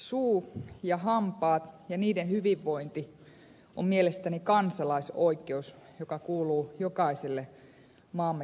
suu ja hampaat ja niiden hyvinvointi on mielestäni kansalaisoikeus joka kuuluu jokaiselle maamme kansalaiselle